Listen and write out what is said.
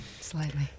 Slightly